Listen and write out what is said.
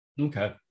okay